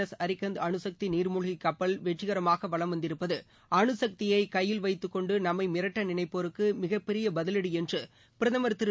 S Arihant அனுசக்தி நீர்மூழ்கிக் கப்பல் வெற்றிகரமாக வலம் வந்திருப்பது அணுசக்தியை கையில் வைத்துக்கொண்டு நம்மை மிரட்ட நினைப்போருக்கு மிகப்பெரிய பதிவடி என்று பிரதமர் திரு